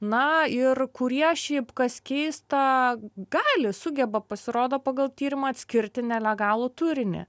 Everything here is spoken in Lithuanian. na ir kurie šiaip kas keista gali sugeba pasirodo pagal tyrimą atskirti nelegalų turinį